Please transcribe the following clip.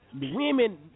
Women